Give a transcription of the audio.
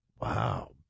wow